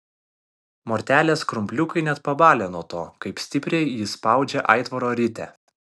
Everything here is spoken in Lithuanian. mortelės krumpliukai net pabalę nuo to kaip stipriai ji spaudžia aitvaro ritę